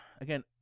Again